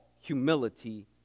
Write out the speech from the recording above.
humility